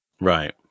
Right